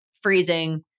freezing